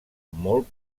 molt